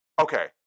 okay